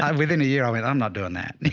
um within a year. i mean, i'm not doing that,